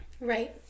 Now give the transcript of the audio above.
Right